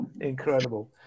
Incredible